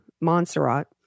Montserrat